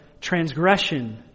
transgression